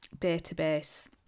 database